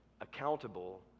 accountable